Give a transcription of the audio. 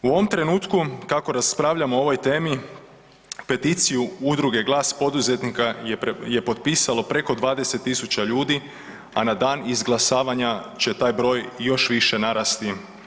U ovom trenutku kako raspravljamo o ovoj temi peticiju Udruge Glas poduzetnika je potpisalo preko 20.000 ljudi, a na dan izglasavanja će taj broj još više narasti.